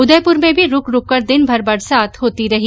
उदयपुर में भी रूक रूक कर दिनभर बरसात होती रही